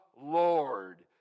Lord